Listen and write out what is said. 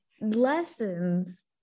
lessons